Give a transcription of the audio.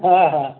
हां हां